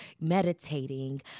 meditating